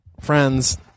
friend's